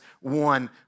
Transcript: one